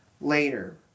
later